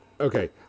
okay